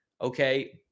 okay